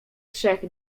trzech